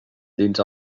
dins